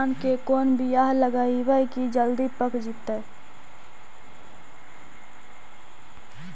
धान के कोन बियाह लगइबै की जल्दी पक जितै?